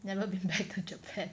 never been back to Japan